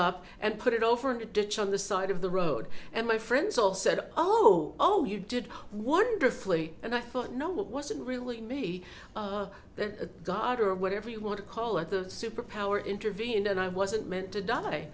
up and put it over the ditch on the side of the road and my friends all said oh oh you did wonderfully and i thought no what was it really me that god or whatever you want to call it the super power intervened and i wasn't meant to die